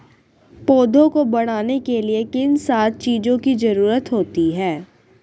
पौधों को बढ़ने के लिए किन सात चीजों की जरूरत होती है?